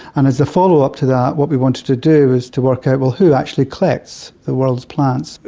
and as the follow-up to that what we wanted to do was to work out, well, who actually collects the world's plants.